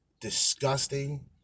disgusting